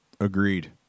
Agreed